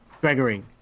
Gregory